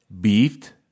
beefed